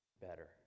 better